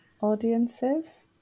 audiences